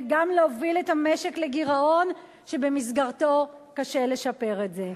וגם להוביל את המשק לגירעון שבמסגרתו קשה לשפר את זה.